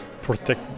Protect